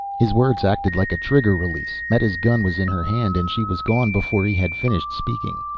his words acted like a trigger release. meta's gun was in her hand and she was gone before he had finished speaking.